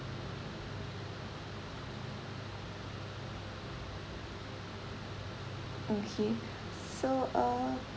okay so uh